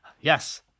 Yes